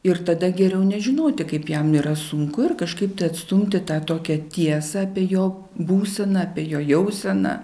ir tada geriau nežinoti kaip jam yra sunku ir kažkaip tai atstumti tą tokią tiesą apie jo būseną apie jo jauseną